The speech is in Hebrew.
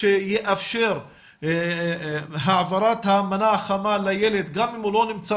שיאפשר העברת המנה החמה לילד גם אם הוא לא נמצא